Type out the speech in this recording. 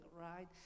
right